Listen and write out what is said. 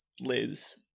Liz